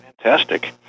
Fantastic